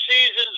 seasons